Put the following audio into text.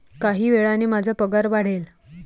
काही वेळाने माझा पगार वाढेल